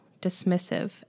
dismissive